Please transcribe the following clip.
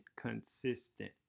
consistent